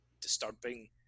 disturbing